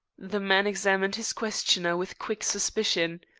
the man examined his questioner with quick suspicion.